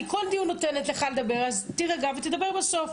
אני כל דיון נותנת לך לדבר, אז תירגע ותדבר בסוף.